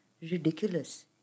Ridiculous